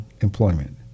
employment